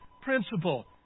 principle